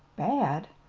bad!